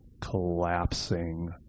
collapsing